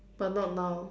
but not now